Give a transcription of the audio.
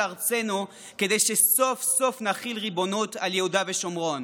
ארצנו כדי שסוף-סוף נחיל ריבונות על יהודה ושומרון.